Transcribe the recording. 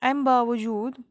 اَمہِ باوٚوجوٗد